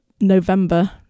November